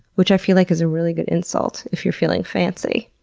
which i feel like is a really good insult if you're feeling fancy.